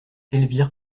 elvire